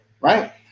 right